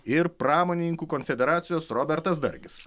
ir pramonininkų konfederacijos robertas dargis